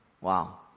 Wow